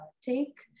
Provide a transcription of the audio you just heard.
take